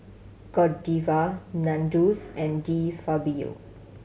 Godiva Nandos and De Fabio